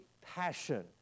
passion